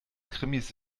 krimis